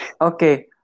Okay